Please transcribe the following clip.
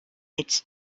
its